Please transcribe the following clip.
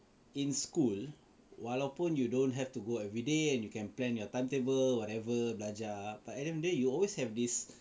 in school walaupun you don't have to go everyday and you can plan your timetable whatever belajar but apparently you always have this